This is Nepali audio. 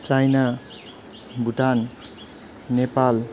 चाइना भुटान नेपाल